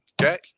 Okay